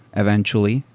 eventually,